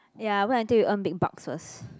ya wait until you earn big bucks first